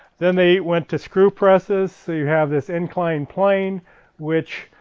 then they went to screw presses, so you have this incline plane which,